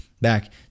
back